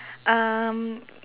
um